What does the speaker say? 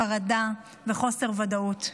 חרדה וחוסר ודאות.